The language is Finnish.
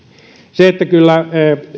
kyllä